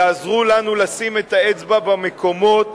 יעזרו לנו לשים את האצבע במקומות